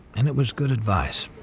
and it was good advice.